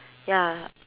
ya